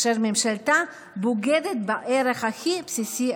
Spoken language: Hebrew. אשר ממשלתה בוגדת בערך הכי בסיסי,